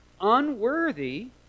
unworthy